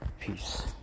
Peace